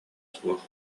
суох